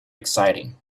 exciting